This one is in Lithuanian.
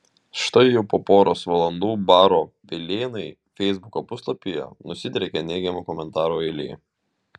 štai jau po poros valandų baro pilėnai feisbuko puslapyje nusidriekė neigiamų komentarų eilė